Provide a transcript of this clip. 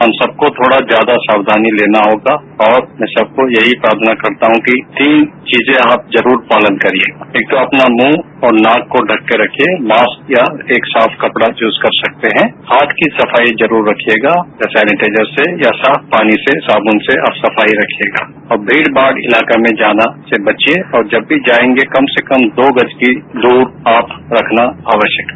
हम सबको थोड़ा ज्यादा सावधानी लेना होगा और मैं सबको यही प्रार्थना करता हूं कि तीन चीजें आप जरूर पालन करिए एक तो अपना मुंह और नाक को ढक कर रखिए मास्क या एक साफ कपड़ा चूज कर सकते हैं हाथ की सफाई जरूर रखिएगा सेनीटाइजर से या साफ पानी से साबुन से आप सफाई रखिएगा और भीडभाड़ इलाका में जाने से बचिए और जब भी जाएंगे कम से कम दो गज की दूर आप रखना आवश्यक है